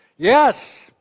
Yes